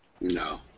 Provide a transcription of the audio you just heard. No